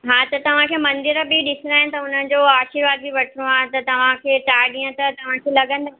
हा त तव्हांखे मंदर बि ॾिसणा आहिनि त हुन जो आशीर्वाद बि वठिणो आहे त तव्हांखे चारि ॾींहं त तव्हांखे लॻंदा